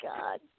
God